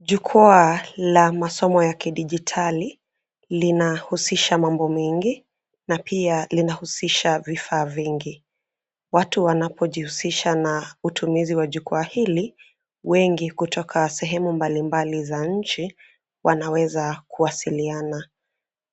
Jukwaa la masomo ya kidijitali linahusisha mambo mengi na pia linahusisha vifaa vingi. Watu wanapojihusisha na utumizi wa jukwaa hili, wengi kutoka sehemu mbalimbali za nchi, wanaweza kuwasiliana.